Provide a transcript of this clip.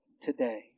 today